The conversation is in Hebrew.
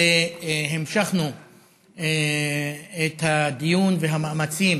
והמשכנו את הדיון והמאמצים